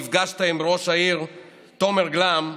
נפגשת עם ראש העיר תומר גלאם,